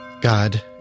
God